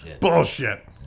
Bullshit